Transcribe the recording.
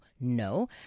no